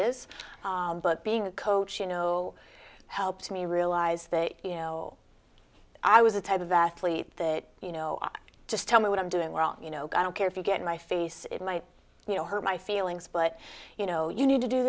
is but being a coach you know helps me realize that you know i was the type of athlete that you know i just tell me what i'm doing wrong you know gonna care if you get in my face it might you know hurt my feelings but you know you need to do